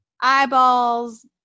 Eyeballs